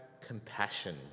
compassion